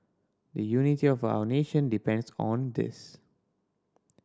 the unity of our nation depends on this